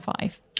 five